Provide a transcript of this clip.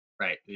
right